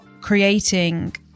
creating